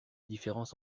différence